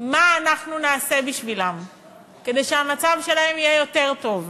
מה אנחנו נעשה בשבילם כדי שהמצב שלהם יהיה יותר טוב?